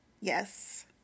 Yes